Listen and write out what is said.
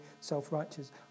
self-righteous